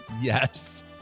yes